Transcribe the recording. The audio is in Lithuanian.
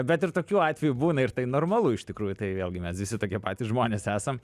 bet ir tokių atvejų būna ir tai normalu iš tikrųjų tai vėlgi mes visi tokie patys žmonės esam